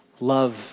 love